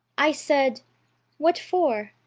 i said what for?